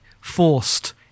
forced